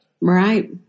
Right